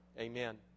amen